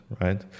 right